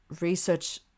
research